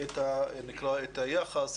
את היחס,